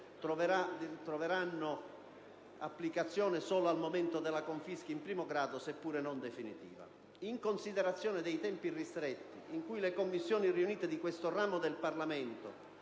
troverà applicazione solo al momento della confisca in primo grado, seppure non definitiva. In considerazione dei tempi ristretti di cui le Commissioni riunite hanno potuto disporre,